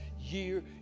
year